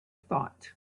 thought